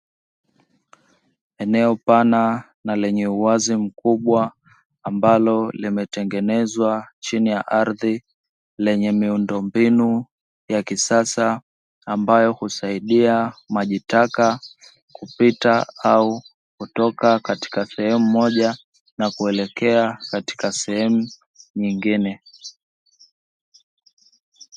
Eneo pana na lenye uwazi mkubwa ambalo limetengenezwa chini ya ardhi, lenye miundombinu ya kisasa ambayo husaidia majitaka kupita au kutoka katika sehemu moja na kuelekea katika sehemu nyingine.